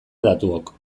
datuok